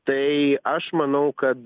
tai aš manau kad